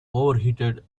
overheated